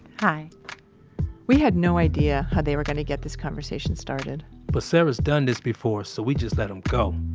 hi we had no idea how they were going to get this conversation started but, sara's done this before. so, we just let them um go.